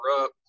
up